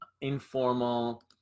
informal